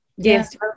Yes